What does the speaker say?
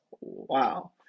Wow